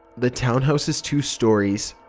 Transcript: the town house is two stories.